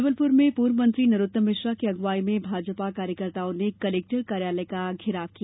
जबलपुर में पूर्व मंत्री नरोत्तम मिश्रा की अगुवाई में भाजपा कार्यकर्ताओं ने कलेक्टर कार्यालय का घेराव किया